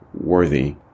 worthy